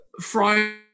Friday